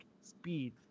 speed